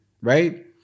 right